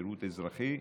לשירות אזרחי,